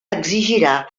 exigirà